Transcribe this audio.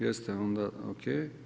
Jeste, onda ok.